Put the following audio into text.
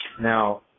now